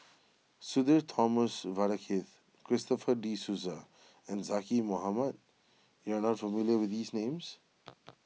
Sudhir Thomas Vadaketh Christopher De Souza and Zaqy Mohamad you are not familiar with these names